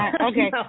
Okay